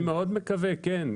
אני מאוד מקווה, כן.